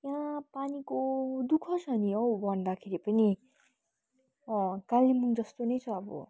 यहाँ पानीको दुखः छ नि हौ भन्दाखेरि पनि कालेबुङ जस्तो नै छ अब